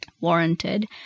warranted